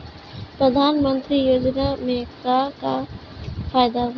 प्रधानमंत्री योजना मे का का फायदा बा?